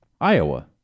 Iowa